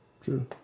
True